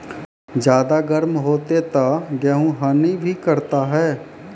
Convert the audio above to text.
ज्यादा गर्म होते ता गेहूँ हनी भी करता है?